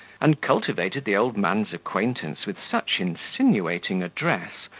and cultivated the old man's acquaintance with such insinuating address,